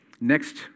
Next